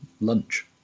lunch